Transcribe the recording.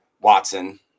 Watson